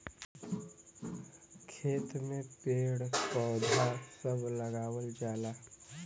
खेत में पेड़ पौधा सभ लगावल जाला